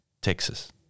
Texas